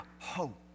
hope